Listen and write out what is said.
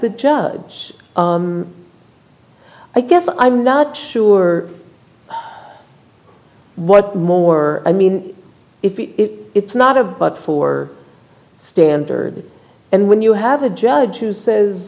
the judge i guess i'm not sure what more i mean it it's not a but for standard and when you have a judge who says